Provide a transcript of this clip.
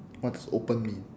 what does open mean